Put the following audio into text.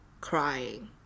crying